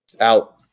out